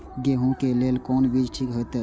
गेहूं के लेल कोन बीज ठीक होते?